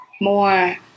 more